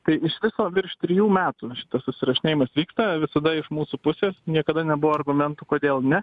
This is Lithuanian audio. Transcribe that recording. tai iš viso virš trijų metų šitas susirašinėjimas vyksta visada iš mūsų pusės niekada nebuvo argumentų kodėl ne